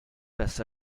las